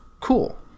cool